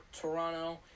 Toronto